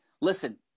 listen